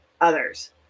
others